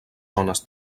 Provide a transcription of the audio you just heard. zones